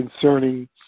concerning